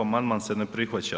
Amandman se ne prihvaća.